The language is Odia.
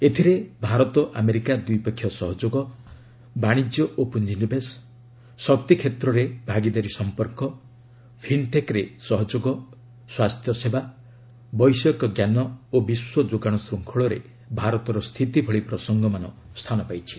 ଏଥିରେ ଭାରତ ଆମେରିକା ଦ୍ୱିପକ୍ଷୀୟ ସହଯୋଗ ବାଣିଜ୍ୟ ଓ ପୁଞ୍ଜି ନିବେଶ ଶକ୍ତି କ୍ଷେତ୍ରରେ ଭାଗିଦାରୀ ସଂପର୍କ ଫିନ୍ଟେକ୍ରେ ସହଯୋଗ ସ୍ୱାସ୍ଥ୍ୟସେବା ବୈଷୟିକ ଜ୍ଞାନ ଓ ବିଶ୍ୱ ଯୋଗାଣ ଶୃଙ୍ଖଳରେ ଭାରତର ସ୍ଥିତି ଭଳି ପ୍ରସଙ୍ଗମାନ ସ୍ଥାନ ପାଇଛି